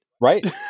Right